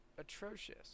atrocious